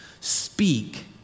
Speak